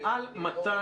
מעל 200